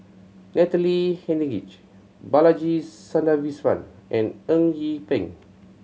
Natalie Hennedige Balaji Sadasivan and Eng Yee Peng